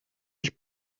ich